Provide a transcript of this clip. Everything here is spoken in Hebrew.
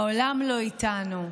העולם לא איתנו,